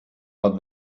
but